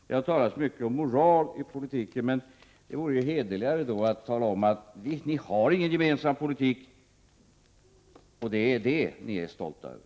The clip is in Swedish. Det har talats mycket om moral i politiken, men det vore hederligare att tala om att ni inte har någon gemensam politik och att det är det som ni är stolta över.